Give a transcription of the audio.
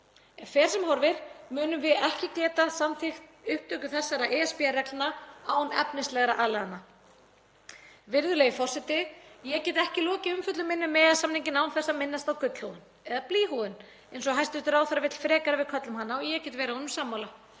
fer sem horfir munum við ekki getað samþykkt upptöku þessara ESB-reglna án efnislegra aðlagana. Virðulegi forseti. Ég get ekki lokið umfjöllun minni um EES-samninginn án þess að minnast á gullhúðun, eða blýhúðun, eins og hæstv. ráðherra vill frekar að við köllum hana og get ég verið honum sammála.